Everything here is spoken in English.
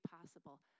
possible